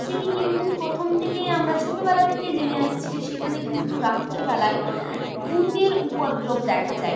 সেটি কিন্তু প্রথম থেকেই আমরা ছোটোবেলা থেকে জেনে আসছি যে সেখানে কিন্তু রাত্রিবেলায় ভূতের উপদ্রব দেখা যায়